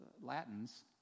Latins